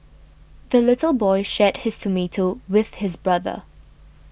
the little boy shared his tomato with his brother